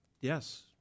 Yes